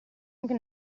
anche